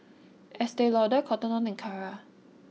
Estee Lauder Cotton On and Kara